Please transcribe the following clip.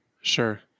Sure